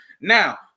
Now